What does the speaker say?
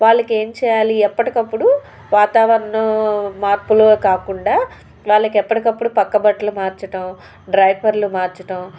వాళ్లకి ఏం చేయాలి ఎప్పటికప్పుడు వాతావరణం మార్పులు కాకుండా వాళ్లకు ఎప్పటికప్పుడు పక్క బట్టలు మార్చడం డైపర్లు మార్చడం